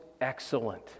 excellent